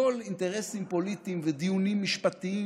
הכול אינטרסים פוליטיים ודיונים משפטיים